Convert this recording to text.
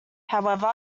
however